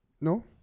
No